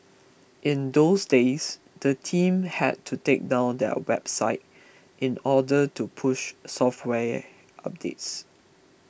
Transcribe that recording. in those days the team had to take down their website in order to push software updates